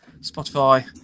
Spotify